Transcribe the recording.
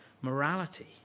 morality